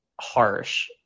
Harsh